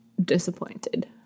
Disappointed